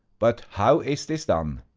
but how is this done?